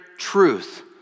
Truth